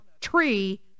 tree